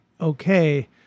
okay